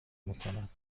میکرد